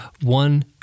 one